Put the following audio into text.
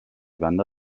banda